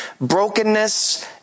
brokenness